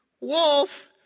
wolf